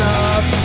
up